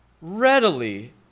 readily